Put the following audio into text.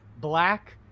black